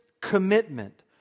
commitment